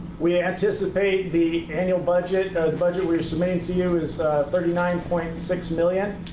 we anticipate the annual budget or the budget we're submitting to you is thirty nine point six million